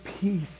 peace